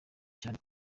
cyane